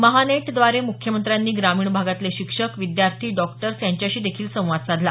महानेटद्वारे मुख्यमंत्र्यांनी ग्रामीण भागातले शिक्षक विद्यार्थी डॉक्टर्स यांच्याशी देखील संवाद साधला